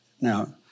Now